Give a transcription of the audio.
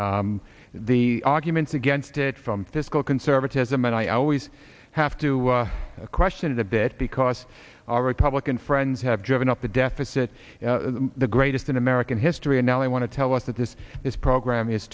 the arguments against it from fiscal conservatism and i always have to question it a bit because our republican friends have driven up the deficit the greatest in american history and now they want to tell us that this is program is